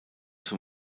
zum